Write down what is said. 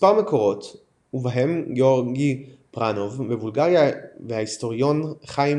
מספר מקורות ובהם גאורגי פרבאנוב בבולגריה וההיסטוריון חיים